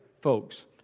folks